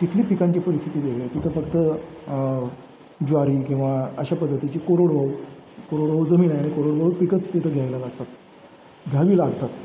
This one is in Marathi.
तिथली पिकांची परिस्थिती वेगळी आहे तिथं फक्त ज्वारी किंवा अशा पद्धतीची कोरडवाहू कोरडवाहू जमीन आहे आणि कोरोडवाहू पिकंच तिथं घ्यायला लागतात घ्यावी लागतात